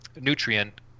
nutrient